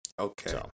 Okay